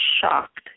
shocked